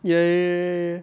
ya ya ya ya ya